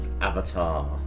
Avatar